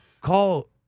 call